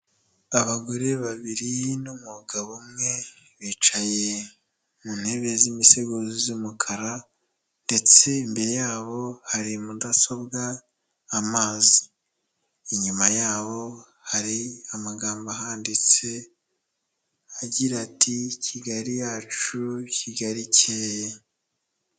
Abagore babiri n'umugabo umwe bicaye mu ntebe z'imisego, z'umukara ndetse imbere yabo hari mudasobwa, amazi, inyuma yabo hari amagambo ahanditse agira ati "Kigali yacu Kigali ikeye"